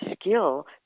skill